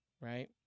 right